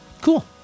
Cool